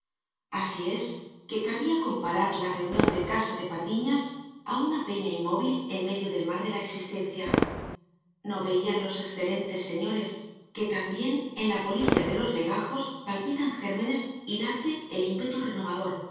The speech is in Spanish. así es que cabía comparar la reunión de casa de pardiñas á una peña inmóvil en medio del mar de la existencia no veían los excelentes señores que también en la polilla de los legajos palpitan gérmenes y late el ímpetu